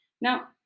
now